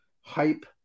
hype